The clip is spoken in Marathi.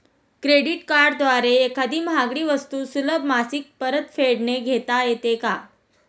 क्रेडिट कार्डद्वारे एखादी महागडी वस्तू सुलभ मासिक परतफेडने घेता येते का?